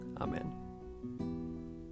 Amen